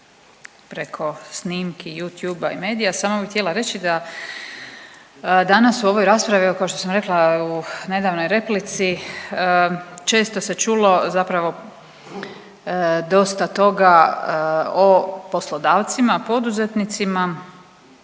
preko snimka, YouTubea i medija samo bi htjela reći da danas u ovoj raspravi evo kao što sam rekla u nedavnoj replici često se čulo zapravo dosta toga o poslodavcima i poduzetnicima